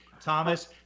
thomas